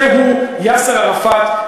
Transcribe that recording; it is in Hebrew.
זהו יאסר ערפאת,